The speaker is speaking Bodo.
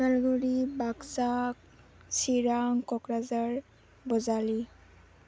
उदालगुरि बाक्सा चिरां क'क्राझार ब'जालि